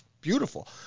beautiful